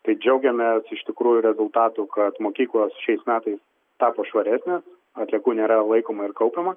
tai džiaugiamės iš tikrųjų rezultatu kad mokyklos šiais metais tapo švaresnės atliekų nėra laikoma ir kaupiama